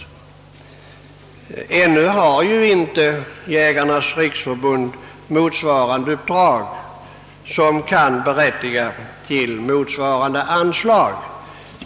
Jägarnas riksförbund har ju ännu inte något sådant uppdrag som kan berättiga till motsvarande anslag.